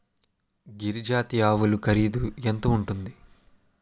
గిరి జాతి ఆవులు ఖరీదు ఎంత ఉంటుంది?